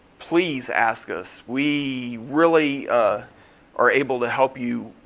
please ask us. we really are able to help you